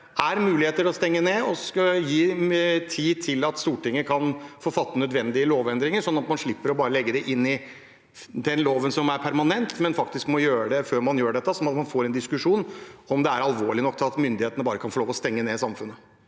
er muligheter for å stenge ned, og at man skal gi tid så Stortinget kan få fattet nødvendige lovendringer, sånn at man slipper å legge det inn i loven permanent, men faktisk må gjøre det før man gjør dette, sånn at man får en diskusjon om det er alvorlig nok til at myndighetene kan få lov til å stenge ned samfunnet?